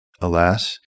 Alas